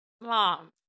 Mom